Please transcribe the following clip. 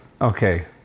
okay